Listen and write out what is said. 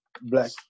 Black